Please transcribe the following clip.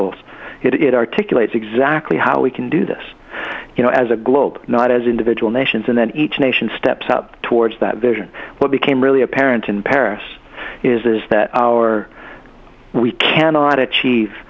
goals it articulated exactly how we can do this you know as a globe not as individual nations and then each nation steps up towards that vision what became really apparent in paris is that our we cannot achieve